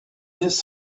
his